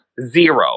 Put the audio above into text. Zero